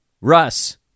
Russ